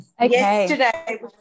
yesterday